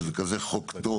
שזה כזה חוק טוב.